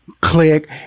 click